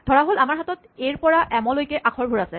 ধৰাহ'ল আমাৰ হাতত এ ৰ পৰা এমলৈ আখৰবোৰ আছে